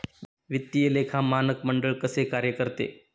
वित्तीय लेखा मानक मंडळ कसे कार्य करते?